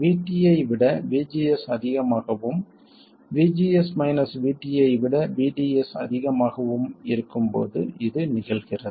VT ஐ விட VGS அதிகமாகவும் VGS மைனஸ் VT ஐ விட VDS அதிகமாகவும் இருக்கும்போது இது நிகழ்கிறது